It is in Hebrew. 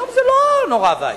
היום זה לא נורא ואיום.